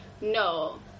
no